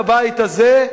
בבית הזה,